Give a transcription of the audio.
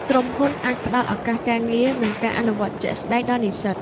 ក្រុមហ៊ុនអាចផ្តល់ឱកាសការងារ និងការអនុវត្តជាក់ស្តែងដល់និស្សិត។